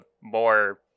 more